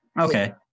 Okay